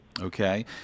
okay